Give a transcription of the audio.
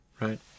right